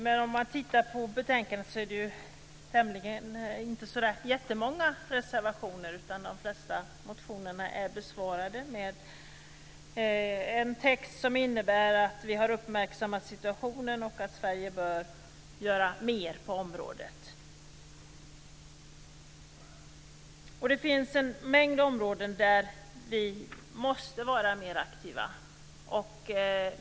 Tittar man på betänkandet ser man att det inte finns så många reservationer, utan de flesta motionerna är besvarade med en text som innebär att man har uppmärksammat situationen och att Sverige bör göra mer på området. Det finns en mängd områden där vi måste vara mer aktiva.